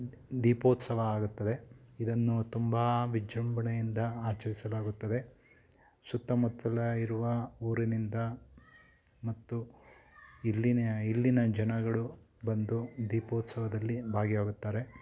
ದೀಪೋತ್ಸವ ಆಗುತ್ತದೆ ಇದನ್ನು ತುಂಬ ವಿಜೃಂಭಣೆಯಿಂದ ಆಚರಿಸಲಾಗುತ್ತದೆ ಸುತ್ತಮುತ್ತಲು ಇರುವ ಊರಿನಿಂದ ಮತ್ತು ಇಲ್ಲಿನ ಇಲ್ಲಿನ ಜನಗಳು ಬಂದು ದೀಪೋತ್ಸವದಲ್ಲಿ ಭಾಗಿಯಾಗುತ್ತಾರೆ